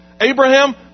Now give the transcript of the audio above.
abraham